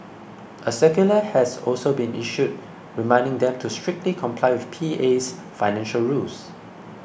a circular has also been issued reminding them to strictly comply with P A's financial rules